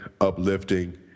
uplifting